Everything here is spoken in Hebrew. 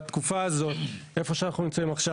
בתקופה הזאת איפה שאנחנו נמצאים עכשיו,